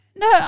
No